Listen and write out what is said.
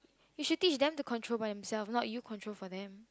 you should teach them to control by themselves not you control for them